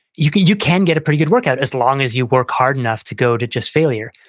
you can you can get a pretty good workout as long as you work hard enough to go to just failure.